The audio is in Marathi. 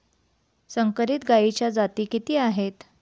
संकरित गायीच्या जाती किती आहेत?